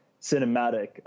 cinematic